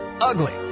ugly